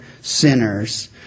sinners